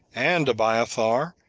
and abiathar,